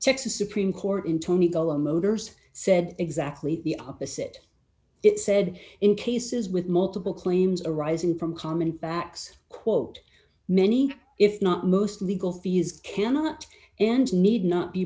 texas supreme court in twenty dollars motors said exactly the opposite it said in cases with multiple claims arising from common facts quote many if not most legal fees cannot and need not be